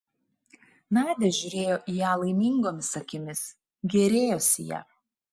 nadia žiūrėjo į ją laimingomis akimis gėrėjosi ja